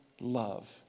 love